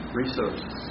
resources